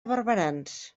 barberans